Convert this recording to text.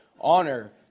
Honor